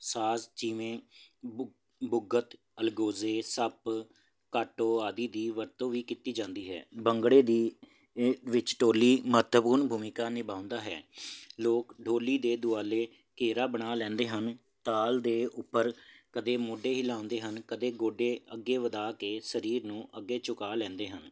ਸਾਜ਼ ਜਿਵੇਂ ਬੁਗਤੁ ਅਲਗੋਜ਼ੇ ਸੱਪ ਕਾਟੋ ਆਦਿ ਦੀ ਵਰਤੋਂ ਵੀ ਕੀਤੀ ਜਾਂਦੀ ਹੈ ਭੰਗੜੇ ਦੀ ਵਿੱਚ ਢੋਲੀ ਮਹੱਤਵਪੂਰਨ ਭੂਮਿਕਾ ਨਿਭਾਉਂਦਾ ਹੈ ਲੋਕ ਢੋਲੀ ਦੇ ਦੁਆਲੇ ਘੇਰਾ ਬਣਾ ਲੈਂਦੇ ਹਨ ਤਾਲ ਦੇ ਉੱਪਰ ਕਦੇ ਮੋਢੇ ਹਿਲਾਉਂਦੇ ਹਨ ਕਦੇ ਗੋਡੇ ਅੱਗੇ ਵਧਾ ਕੇ ਸਰੀਰ ਨੂੰ ਅੱਗੇ ਝੁਕਾ ਲੈਂਦੇ ਹਨ